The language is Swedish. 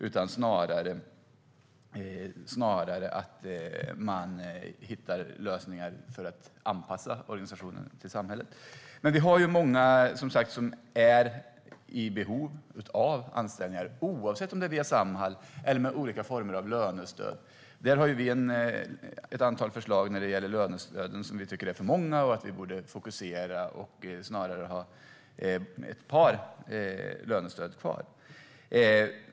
Man bör snarare hitta lösningar för att anpassa organisationen till samhället. Vi har många som är i behov av anställningar, oavsett om det är Samhall eller olika former av lönestöd. Vi har ett antal förslag om lönestöden, som vi tycker är för många. Vi borde fokusera och snarare bara ha ett par lönestöd kvar.